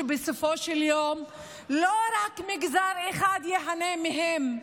שבסופו של יום לא רק מגזר אחד ייהנה מהם,